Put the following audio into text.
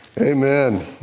Amen